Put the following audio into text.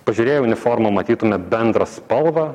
pažiūrėję į uniformą matytume bendrą spalvą